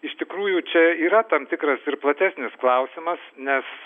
iš tikrųjų čia yra tam tikras ir platesnis klausimas nes